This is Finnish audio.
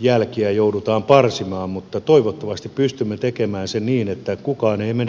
jälkiä joudutaan parsimaan mutta toivottavasti pystymme tekemään sen niin että kukaan ei menetä kasvojaan